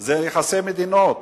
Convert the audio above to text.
זה יחסי מדינות,